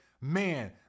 man